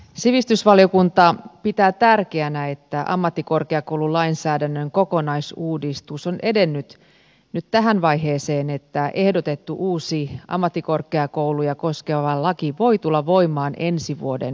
sivistysvaliokunta pitää tärkeänä että ammattikorkeakoululainsäädännön kokonaisuudistus on edennyt nyt tähän vaiheeseen että ehdotettu uusi ammattikorkeakouluja koskeva laki voi tulla voimaan ensi vuoden alusta